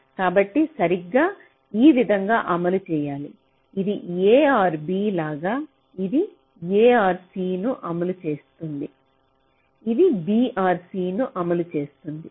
కాబట్టి సరిగ్గా ఈ విధంగా అమలు చేయాలి ఇది a ఆర్ b లాగా ఇది a ఆర్ c ను అమలు చేస్తుంది ఇది b ఆర్ c ను అమలు చేస్తుంది